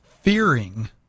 fearing